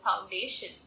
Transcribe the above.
foundation